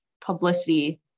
publicity